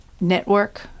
Network